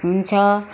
हुन्छ